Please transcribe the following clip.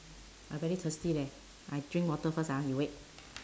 I very thirsty leh I drink water first ah you wait